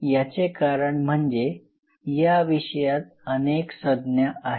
याचे कारण म्हणजे या विषयात अनेक संज्ञा आहेत